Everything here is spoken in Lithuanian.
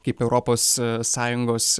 kaip europos sąjungos